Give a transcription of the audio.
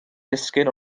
disgyn